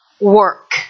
work